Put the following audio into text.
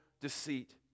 deceit